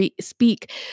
speak